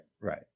right